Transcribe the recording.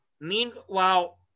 meanwhile